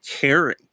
caring